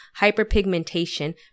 hyperpigmentation